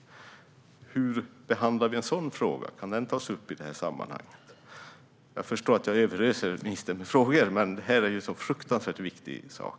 Hur behandlar vi en sådan fråga? Kan den tas upp i det här sammanhanget? Jag förstår att jag överöser ministern med frågor, men det här är en fruktansvärt viktig sak.